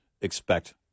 expect